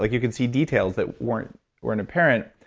like you can see details that weren't weren't apparent.